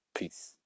Peace